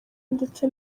ndetse